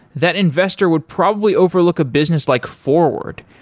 that investor would probably overlook a business like forward,